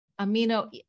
amino